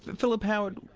philip howard,